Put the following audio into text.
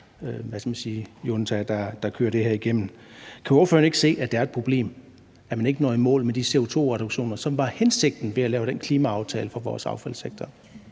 hvad skal man sige, liberaliseringsjunta, der kører det her igennem. Kan ordføreren ikke se, at det er et problem, at man ikke når i mål med de CO2-reduktioner, som var hensigten med at lave den klimaaftale for vores affaldssektor?